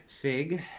Fig